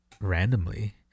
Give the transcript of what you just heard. randomly